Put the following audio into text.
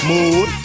Mood